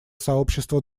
сообщества